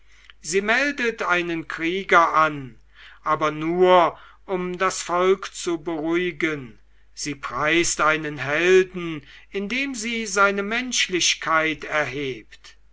sie meldet einen krieger an aber nur um das volk zu beruhigen sie preist einen helden indem sie seine menschlichkeit erhebt